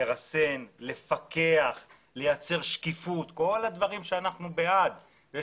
ריסון ופיקוח, אנחנו בעד, זה